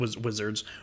Wizards